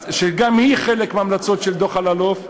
שגם היא חלק מההמלצות של דוח אלאלוף,